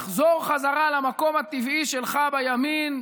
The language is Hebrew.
לחזור בחזרה למקום הטבעי שלך בימין,